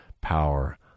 power